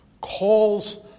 calls